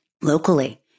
locally